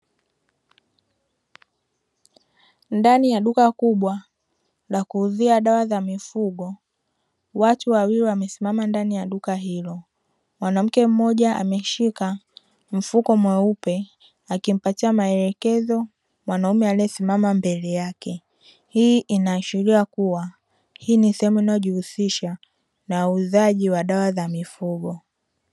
Ndani ya duka kubwa la kuuzia dawa za mifugo, watu wawili wamesimama ndani ya duka hilo. Mwanamke mmoja ameshika mfuko mweupe akimpatia maelekezo mwanaume aliyesimama pembeni yake. Hii inaashiria kuwa hii ni sehemu inayojihusisha na uuzaji wa dawa za mifugo.